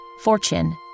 fortune